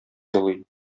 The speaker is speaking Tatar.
елый